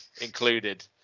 included